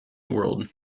world